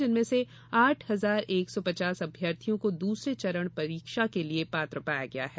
जिनमें से आठ हजार एक सौ पचास अभ्यर्थियों को दूसरे चरण परीक्षा के लिये पात्र पाया गया है